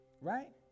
right